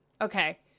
okay